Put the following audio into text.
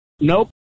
nope